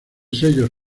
sellos